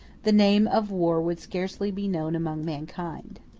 the name of war would scarcely be known among mankind.